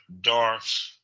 Darth